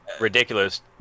ridiculous